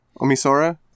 Omisora